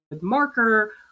marker